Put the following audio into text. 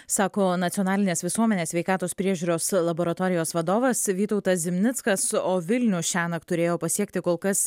sako nacionalinės visuomenės sveikatos priežiūros laboratorijos vadovas vytautas zimnickas o vilnių šiąnakt turėjo pasiekti kol kas